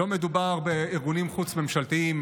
לא מדובר בארגונים חוץ-ממשלתיים,